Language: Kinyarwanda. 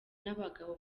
n’abagabo